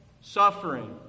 Suffering